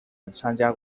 参加